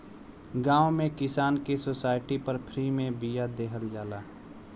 गांव में किसान के सोसाइटी पर फ्री में बिया देहल जाला